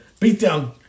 Beatdown